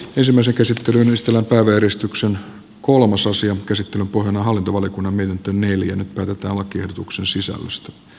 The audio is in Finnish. ensimmäisen käsittelyn ystävä kaveristuksen kolmosasian käsittelyn pohjana on hallintovaliokunnan mietintö